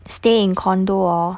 stay in condo orh